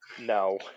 No